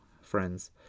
friends